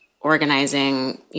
organizing